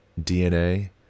DNA